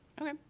Okay